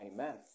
Amen